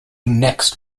next